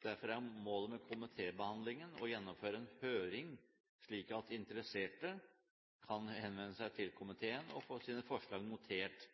Derfor er målet med komitébehandlingen å gjennomføre en høring, slik at interesserte kan henvende seg til komiteen og få sine forslag notert